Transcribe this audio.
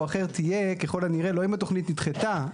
אחר תהיה ככל הנראה לא אם התכנית נדחתה,